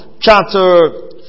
Chapter